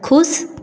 ख़ुश